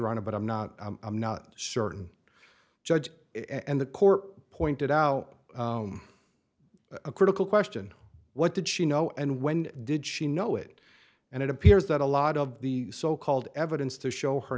charger on it but i'm not certain judge and the court pointed out a critical question what did she know and when did she know it and it appears that a lot of the so called evidence to show her